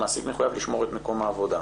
המעסיק מחויב לשמור את מקום העבודה.